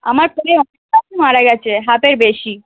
আমার ফুলের অনেক গাছই মারা গেছে হাপের বেশি